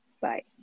Bye